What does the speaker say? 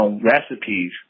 recipes